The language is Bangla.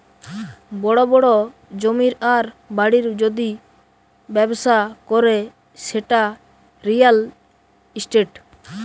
বড় বড় জমির আর বাড়ির যদি ব্যবসা করে সেটা রিয়্যাল ইস্টেট